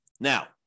Now